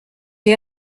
est